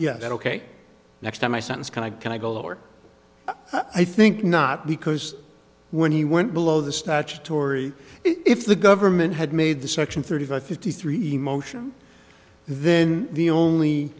yeah ok next time i sense can i can i go lower i think not because when he went below the statutory if the government had made the section thirty five fifty three emotional then the only